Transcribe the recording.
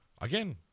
Again